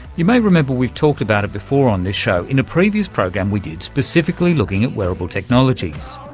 you may remember we've talked about it before on this show, in a previous program we did specifically looking at wearable technologies.